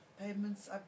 payments